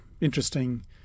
interesting